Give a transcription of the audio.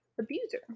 abuser